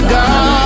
God